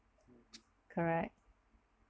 correct